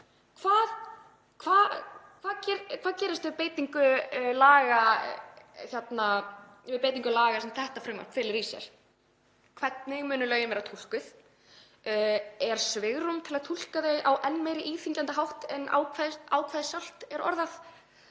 Hvað gerist við beitingu þeirra laga sem þetta frumvarp felur í sér? Hvernig verða lögin túlkuð? Er svigrúm til að túlka þau á enn meira íþyngjandi hátt en ákvæðið sjálft er orðað?